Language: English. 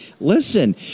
listen